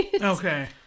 Okay